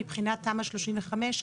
מבחינת תמ"א 35,